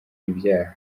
ibyaha